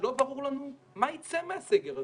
כשלא ברור לנו מה ייצא מהסגר הזה.